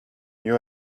you